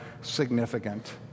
significant